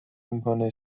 میکنه